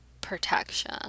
protection